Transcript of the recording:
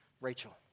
Rachel